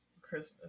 Christmas